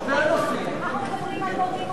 אנחנו מדברים על מורים, עובדים סוציאליים, רופאים.